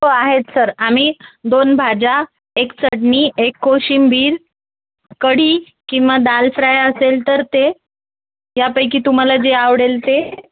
हो आहेत सर आम्ही दोन भाज्या एक चटणी एक कोशिंबीर कढी किंवा दाल फ्राय असेल तर ते यापैकी तुम्हाला जे आवडेल ते